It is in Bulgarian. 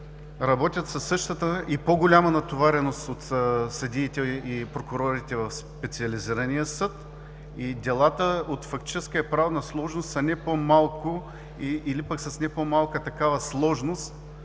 работят със същата и по-голяма натовареност от съдиите и прокурорите в специализирания съд и делата от фактическа и правна сложност са не по-малко, или пък с не по-малка такава сложност,